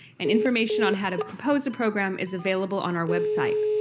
and information on how to propose a program is available on our website.